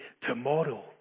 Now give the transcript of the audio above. tomorrow